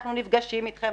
אנחנו נפגשים אתכם,